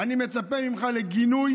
אני מצפה ממך לגינוי